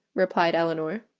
replied elinor,